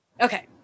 Okay